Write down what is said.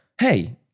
hey